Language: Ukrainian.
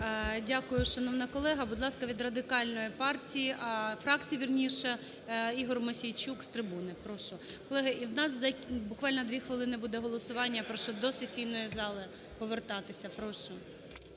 Дякую, шановна колега. Будь ласка, від Радикальної партії, фракції, вірніше, Ігор Мосійчук з трибуни. Прошу. Колеги, і у нас буквально за 2 хвилини буде голосування, я прошу до сесійної зали повертатися. Прошу.